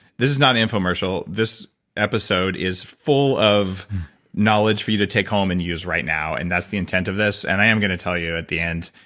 this is not an infomercial. this episode is full of knowledge for you to take home and use right now. and that's the intent of this. and i am going to tell you at the end,